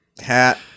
hat